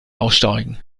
aussteigen